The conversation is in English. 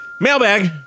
Mailbag